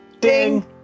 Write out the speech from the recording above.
Ding